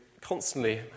constantly